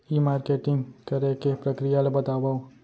ई marketing करे के प्रक्रिया ला बतावव?